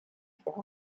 for